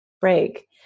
break